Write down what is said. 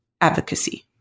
advocacy